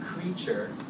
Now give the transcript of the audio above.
creature